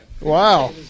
Wow